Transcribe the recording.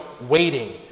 waiting